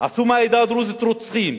עשו מהעדה הדרוזית רוצחים,